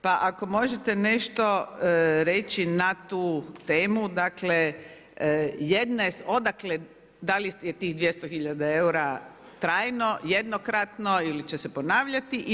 Pa ako možete nešto reći na tu temu, dakle jedne, odakle da li je tih 200 hiljada eura trajno, jednokratno ili će se ponavljati i da